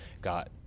got